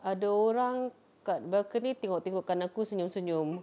ada orang kat balcony tengok-tengokkan aku senyum-senyum